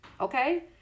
okay